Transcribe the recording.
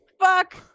fuck